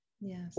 Yes